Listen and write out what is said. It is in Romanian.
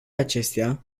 acestea